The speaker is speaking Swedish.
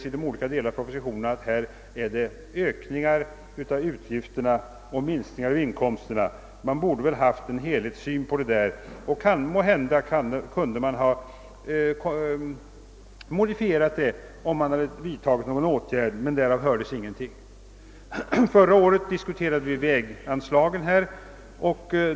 I de olika delarna av propositionen konstateras bara att det blir ökningar av utgifterna och minskningar av inkomsterna, men den helhetssyn man borde haft saknas. Måhända kunde man modifierat verkningarna, om man vidtagit någon åtgärd, men därom hördes ingenting. Förra året diskuterade vi väganslagen här i riksdagen.